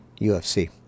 UFC